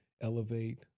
elevate